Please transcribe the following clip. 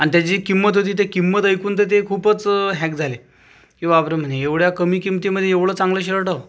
आणि त्याची जे किंमत होती ते किंमत ऐकून तर ते खूपच हँग झाले की बापरे म्हणे एवढ्या कमी किमतीमध्ये एवढं चांगलं शर्ट